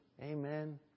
Amen